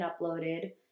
uploaded